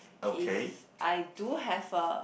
if I do have a